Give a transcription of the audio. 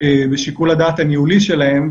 לשיקול הדעת הניהולי שלהם,